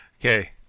Okay